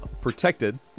protected